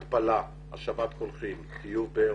התפלה, השבת קולחין, חיוב בארות,